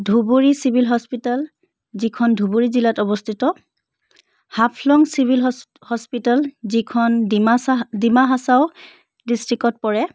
Dhubri civil hospital যিখন ধুবুৰী জিলাত অৱস্থিত হাফলং চিভিল হচ হস্পিটেল যিখন ডিমাচা ডিমা হাছাও ডিষ্ট্ৰিক্টত পৰে